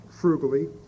frugally